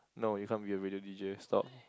no you can't be a radio d_j stop